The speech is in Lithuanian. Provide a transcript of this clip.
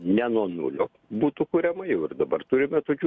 ne nuo nulio būtų kuriama jau ir dabar turime tokių